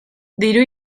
diru